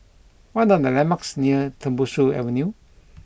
what are the landmarks near Tembusu Avenue